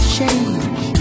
change